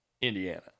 Indiana